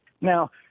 Now